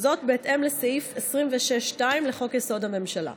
וזאת בהתאם לסעיף 26(2) לחוק-יסוד: הממשלה.